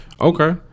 Okay